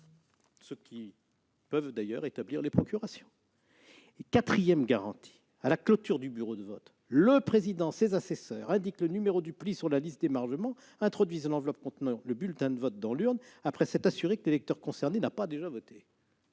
sont compétents pour établir les procurations. Quatrième garantie : à la clôture du bureau de vote, le président et ses assesseurs indiquent le numéro du pli sur la liste d'émargement et introduisent l'enveloppe contenant le bulletin de vote dans l'urne, après s'être assurés que l'électeur concerné n'a pas déjà voté.